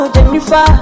Jennifer